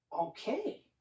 okay